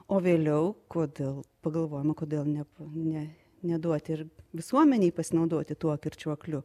o vėliau kodėl pagalvojom o kodėl ne ne neduoti ir visuomenei pasinaudoti tuo kirčiuokliu